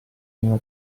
nella